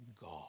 God